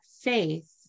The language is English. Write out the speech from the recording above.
faith